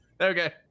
Okay